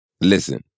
Listen